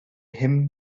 hymn